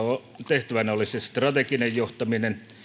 tehtävänä olisivat strateginen johtaminen